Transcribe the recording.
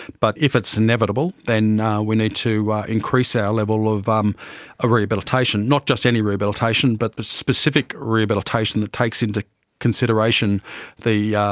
but if it's inevitable then we need to increase our level of um ah rehabilitation, not just any rehabilitation but the specific rehabilitation that takes into consideration the yeah